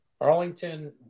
Arlington